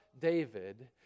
David